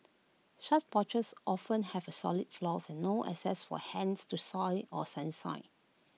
such porches often have solid floors and no access for hens to soil or sunshine